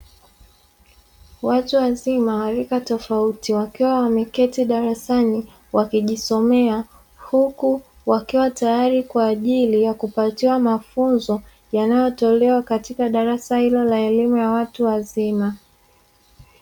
Watu wazima wa rika tofauti wakiwa wameketi darasani wakijisomea, huku wakiwa tayari kwa ajili ya kupatiwa mafunzo yanayotolewa katika darasa hilo la elimu ya watu wazima.